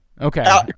Okay